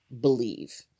believe